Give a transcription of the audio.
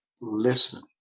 listen